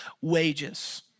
wages